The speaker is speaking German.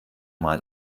mal